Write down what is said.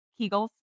kegels